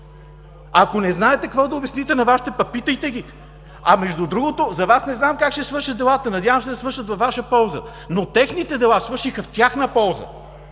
Ако не знаете какво да обясните на Вашите, ами питайте ги! Между другото, за Вас не знам как ще свършат делата, надявам се да свършат във Ваша полза. Но техните дела свършиха в тяхна полза.